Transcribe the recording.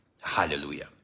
Hallelujah